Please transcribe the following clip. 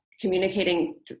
communicating